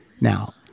Now